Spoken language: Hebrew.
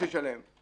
איך את רוצה שישלם?